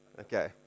okay